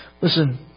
Listen